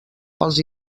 pels